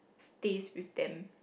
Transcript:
stays with them